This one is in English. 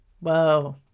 Whoa